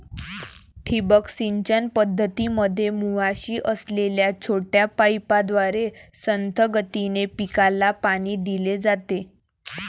ठिबक सिंचन पद्धतीमध्ये मुळाशी असलेल्या छोट्या पाईपद्वारे संथ गतीने पिकाला पाणी दिले जाते